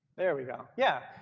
there we go. yeah.